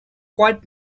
quite